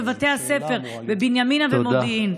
בבתי הספר בבנימינה ובמודיעין.